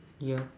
yeah